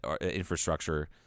infrastructure